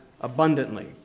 abundantly